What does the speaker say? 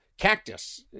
cactus